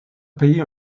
payé